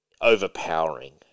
overpowering